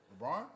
LeBron